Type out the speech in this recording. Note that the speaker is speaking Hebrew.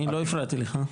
אני לא הפרעתי לך.